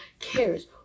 cares